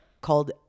called